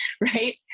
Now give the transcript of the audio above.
Right